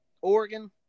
Oregon